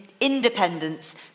independence